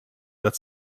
that